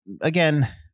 again